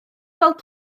gweld